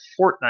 Fortnite